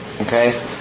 Okay